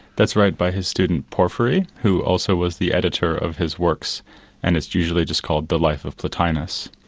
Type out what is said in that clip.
that's right, by his student porphyry who also was the editor of his works and it's usually just called the life of plotinus.